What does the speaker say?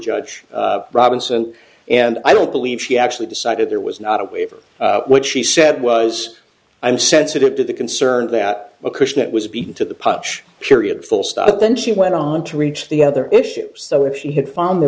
judge robinson and i don't believe she actually decided there was not a waiver what she said was i'm sensitive to the concerns that a cushion it was beaten to the punch period full stop but then she went on to reach the other issue so if she had found there